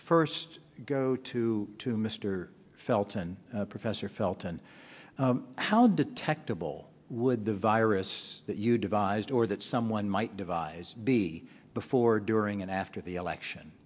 first go to to mr felton professor felten how detectable would the virus that you devised or that someone might devise be before during and after the election